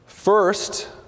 First